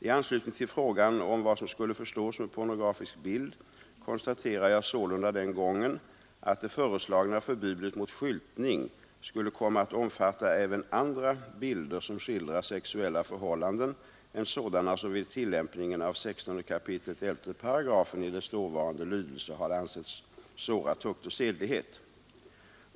I anslutning till frågan om vad som skulle förstås med pornografisk bild konstaterade jag sålunda den gången att det föreslagna förbudet mot skyltning skulle komma att omfatta även andra bilder som skildrar sexuella förhållanden än sådana som vid tillämpningen av 16 kap. 11 § i dess dåvarande lydelse hade ansetts såra tukt och sedlighet.